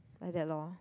like that lor